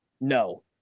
No